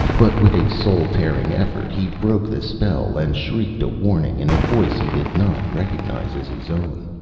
but with a soul-tearing effort he broke the spell, and shrieked a warning in a voice he did not recognize as his own.